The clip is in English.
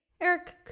Eric